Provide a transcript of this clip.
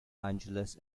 angeles